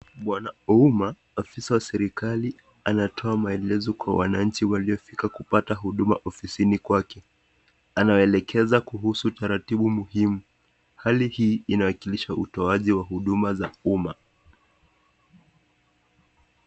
Bwana Ouma afisa wa serikali anatoa maelezo kwa wananchi waliofika kupata huduma ofisini kwake, anawaelekeza kuhusu taratibu muhimu, hali hii inawakilisha utoaji wa huduma za umma.